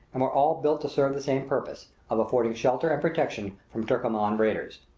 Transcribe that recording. and were all built to serve the same purpose, of affording shelter and protection from turkoman raiders.